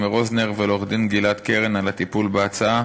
רוזנר ולעורך-דין גלעד קרן על הטיפול בהצעה,